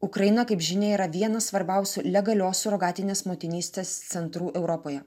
ukraina kaip žinia yra vienas svarbiausių legalios surogatinės motinystės centrų europoje